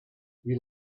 you